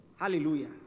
Hallelujah